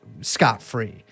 scot-free